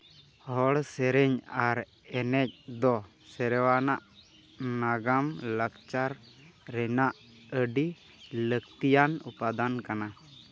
ᱦᱚᱲ ᱥᱮᱨᱮᱧ ᱟᱨ ᱮᱱᱮᱡ ᱫᱚ ᱥᱮᱨᱣᱟᱱᱟᱜ ᱱᱟᱜᱟᱢ ᱞᱟᱠᱪᱟᱨ ᱨᱮᱱᱟᱜ ᱟᱹᱰᱤ ᱞᱟᱹᱠᱛᱤᱭᱟᱱ ᱩᱯᱟᱫᱟᱱ ᱠᱟᱱᱟ